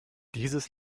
dieses